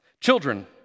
Children